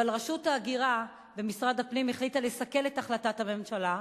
אבל רשות ההגירה במשרד הפנים החליטה לסכל את החלטת הממשלה.